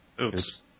Oops